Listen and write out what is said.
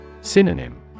Synonym